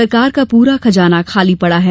सरकार का पूरा खजाना खाली पड़ा है